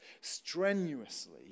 strenuously